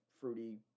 fruity